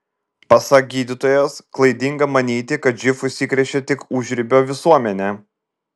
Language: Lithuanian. pasak gydytojos klaidinga manyti kad živ užsikrečia tik užribio visuomenė